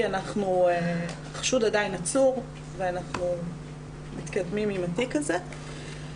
החשוד עדיין עצור ואנחנו מתקדמים עם התיק הזה.